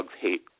hate